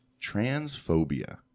transphobia